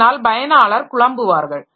இதனால் பயனாளர் குழம்புவார்கள்